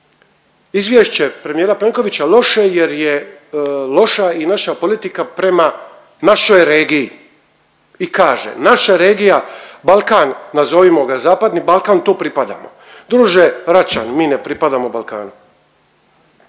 izvješće premijera Plenkovića loše jer je loša i naša politika prema našoj regiji i kaže, naša regija, Balkan, nazovimo ga zapadni Balkan, tu pripadamo. Druže Račan, mi ne pripadamo Balkanu.